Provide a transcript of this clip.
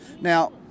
now